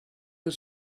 was